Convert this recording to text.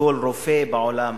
וכל רופא בעולם